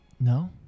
No